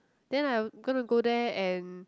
then I going to go there and